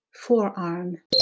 forearm